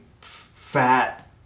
fat